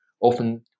often